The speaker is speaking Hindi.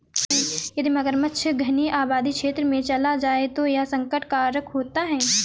यदि मगरमच्छ घनी आबादी क्षेत्र में चला जाए तो यह संकट कारक होता है